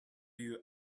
you